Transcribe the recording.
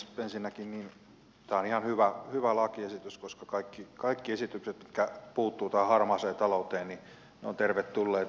ensinnäkin tämä on ihan hyvä lakiesitys koska kaikki esitykset mitkä puuttuvat tähän harmaaseen talouteen ovat tervetulleita